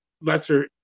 lesser